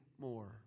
more